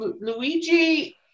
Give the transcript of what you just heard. Luigi